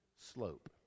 slope